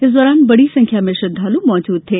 इस दौरान बड़ी संख्या में श्रद्धालु मौजूद थे